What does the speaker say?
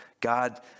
God